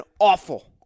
awful